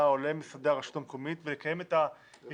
או למשרדי הרשות המקומית ולקיים את הישיבה,